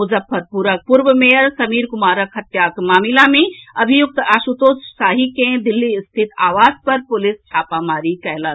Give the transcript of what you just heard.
मुजफ्फरपुरक पूर्व मेयर समीर कुमारक हत्याक मामिला मे अभियुक्त आशुतोष शाही के दिल्ली स्थित आवास पर पुलिस छापामारी कयलक